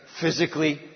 physically